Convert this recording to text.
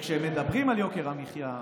כשמדברים על יוקר המחיה,